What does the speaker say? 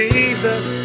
Jesus